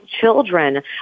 children